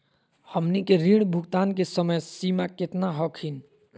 हमनी के ऋण भुगतान के समय सीमा केतना हखिन?